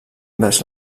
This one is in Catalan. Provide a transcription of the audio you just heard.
vers